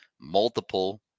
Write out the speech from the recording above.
multiple